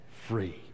free